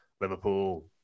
Liverpool